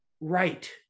right